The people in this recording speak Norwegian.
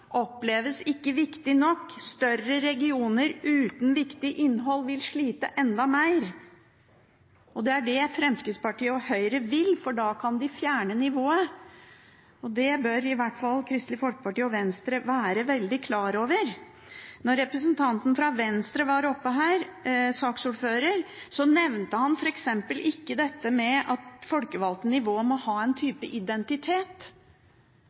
oppleves ikke viktige nok. Større regioner uten viktig innhold vil slite enda mer. Det er det Fremskrittspartiet og Høyre vil, for da kan de fjerne det nivået. Det bør i hvert fall Kristelig Folkeparti og Venstre være veldig klar over. Da representanten fra Venstre, saksordføreren, var her oppe, nevnte han f.eks. ikke dette med at folkevalgt nivå må ha en type identitet.